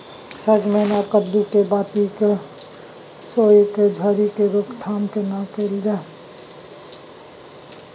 सजमैन आ कद्दू के बाती के सईर के झरि के रोकथाम केना कैल जाय?